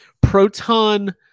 proton